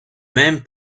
même